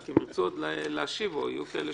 אבל רק אם ירצו עוד להשיב או יהיו כאלה